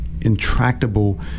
intractable